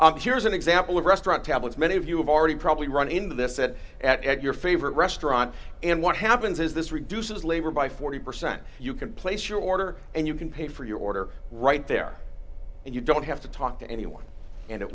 more here's an example of restaurant tablets many of you have already probably run into this said at your favorite restaurant and what happens is this reduces labor by forty percent you can place your order and you can pay for your order right there and you don't have to talk to anyone and it